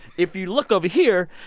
if you look over here,